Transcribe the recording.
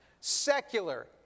secular